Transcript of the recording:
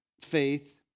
faith